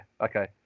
okay